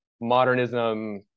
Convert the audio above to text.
modernism